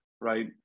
right